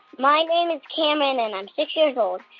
my name is cameron. and i'm six years old.